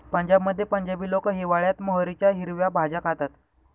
पंजाबमध्ये पंजाबी लोक हिवाळयात मोहरीच्या हिरव्या भाज्या खातात